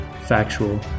factual